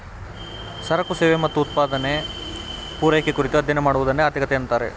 ಸರಕು ಸೇವೆ ಮತ್ತು ಉತ್ಪಾದನೆ, ಪೂರೈಕೆ ಕುರಿತು ಅಧ್ಯಯನ ಮಾಡುವದನ್ನೆ ಆರ್ಥಿಕತೆ ಅಂತಾರೆ